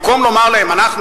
במקום לומר להם: אנחנו,